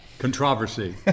Controversy